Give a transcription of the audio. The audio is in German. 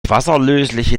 wasserlösliche